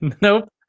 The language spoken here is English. Nope